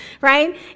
right